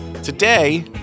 Today